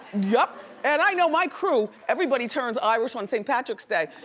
yup. and i know my crew, everybody turns irish on saint patrick's day.